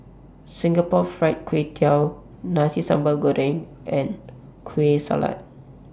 Singapore Fried Kway Tiao Nasi Sambal Goreng and Kueh Salat